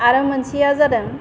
आरो मोनसेया जादों